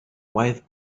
wife